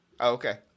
Okay